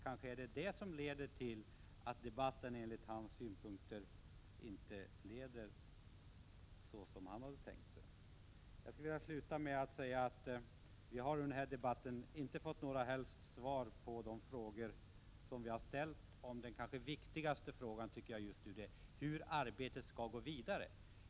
Jag skulle vilja avsluta med att säga att vi under denna debatt inte har fått några som helst svar på de frågor som vi har ställt beträffande den enligt min uppfattning kanske viktigaste frågan, nämligen frågan om hur arbetet skall gå vidare.